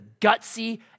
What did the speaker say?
gutsy